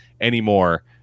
anymore